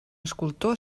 escultor